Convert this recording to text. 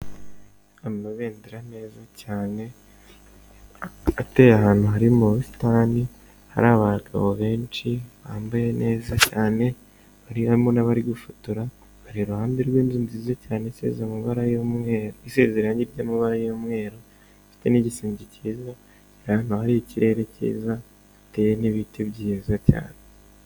Amabendera meza cyane ateye ahantu hari mu busitani, hari abantu benshi bambaye neza cyane, harimo n'abari gufotora bari iruhande rw'inzu nziza cyane isize amabara y'umweru isize irange ry'amabara y'umweru, ifite n'igisenge kiza. Ahantu hari ikirere kiza hateye n'ibiti byiza cyane.